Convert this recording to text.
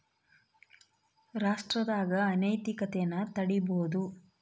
ರಾಷ್ಟ್ರದಾಗ ಅನೈತಿಕತೆನ ತಡೀಬೋದು